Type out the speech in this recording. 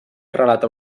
relata